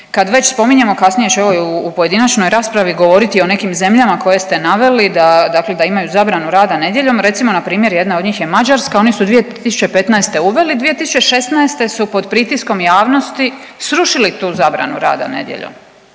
Kad već spominjemo, a kasnije ću evo i u pojedinačnoj raspravi govoriti o nekim zemljama koje ste naveli da, dakle da imaju zabranu rada nedjeljom, recimo npr. jedna od njih je Mađarska, oni su 2015. uveli, 2016. su pod pritiskom javnosti srušili tu zabranu rada nedjeljom,